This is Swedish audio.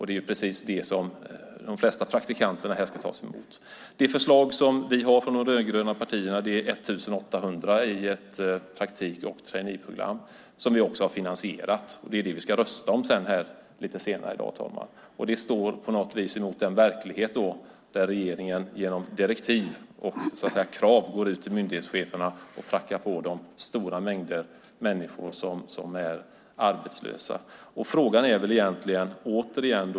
Det är där de flesta praktikanterna ska tas emot. Det förslag som vi har från de rödgröna partierna är 1 800 i ett praktik och traineeprogram som vi också har finansierat. Det är det vi ska rösta om lite senare i dag. Det står mot den verklighet där regeringen genom direktiv och krav prackar på myndighetscheferna stora mängder människor som är arbetslösa.